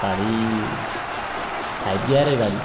গাড়ি ফাইভ গিয়ারের গাড়ি